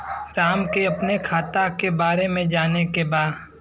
राम के अपने खाता के बारे मे जाने के बा?